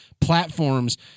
platforms